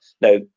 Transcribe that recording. Now